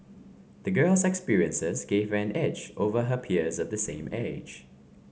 the girl's experiences gave her an edge over her peers of the same age